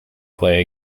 play